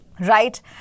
right